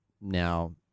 now